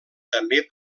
també